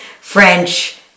French